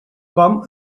com